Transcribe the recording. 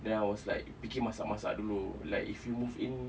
then I was like fikir masak-masak dulu like if you move in